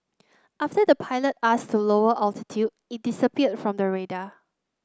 after the pilot asked to lower altitude it disappeared from the radar